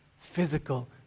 Physical